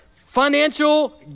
financial